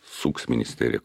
suks ministeriją